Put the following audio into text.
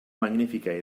magnífica